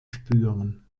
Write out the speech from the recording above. spüren